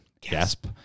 gasp